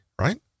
right